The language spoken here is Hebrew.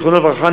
זיכרונו לברכה,